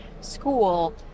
school